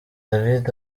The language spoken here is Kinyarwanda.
david